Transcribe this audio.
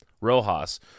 Rojas